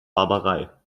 barbarei